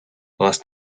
last